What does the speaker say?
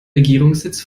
regierungssitz